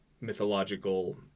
mythological